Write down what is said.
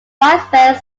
widespread